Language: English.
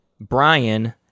Brian